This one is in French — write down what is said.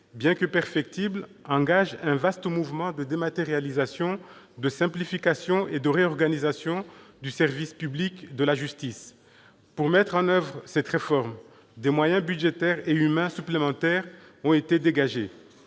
bien que perfectibles, engagent un vaste mouvement de dématérialisation, de simplification et de réorganisation du service public de la justice. Pour mettre en oeuvre cette réforme, des moyens budgétaires et humains supplémentaires ont été dégagés.